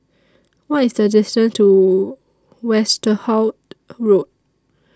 What IS The distance to Westerhout Road